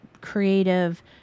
creative